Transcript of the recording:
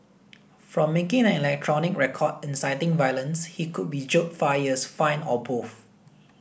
for making an electronic record inciting violence he could be jailed five years fined or both